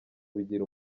bigira